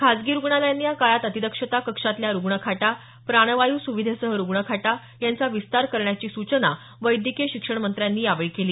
खासगी रुग्णालयांनी या काळात अतिदक्षता कक्षातल्या रुग्णखाटा प्राणवायू सुविधेसह रुग्णखाटा यांचा विस्तार करण्याची सूचना वैद्यकीय शिक्षणमंत्र्यांनी केली